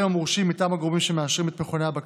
המורשים מטעם הגורמים שמאשרים את מכוני הבקרה.